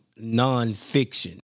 nonfiction